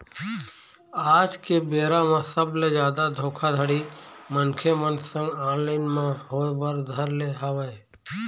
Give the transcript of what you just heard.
आज के बेरा म सबले जादा धोखाघड़ी मनखे मन संग ऑनलाइन म होय बर धर ले हवय